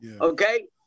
Okay